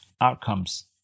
outcomes